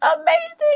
amazing